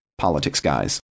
politicsguys